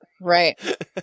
Right